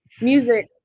music